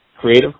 creative